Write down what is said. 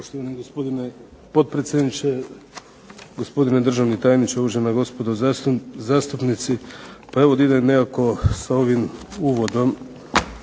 Hvala.